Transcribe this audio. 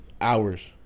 hours